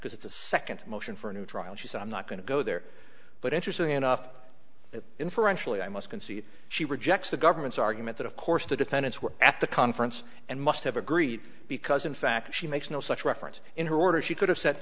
because it's a second motion for a new trial she said i'm not going to go there but interesting enough it inferentially i must concede she rejects the government's argument that of course the defendants were at the conference and must have agreed because in fact she makes no such reference in her order she could have said